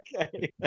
okay